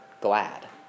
glad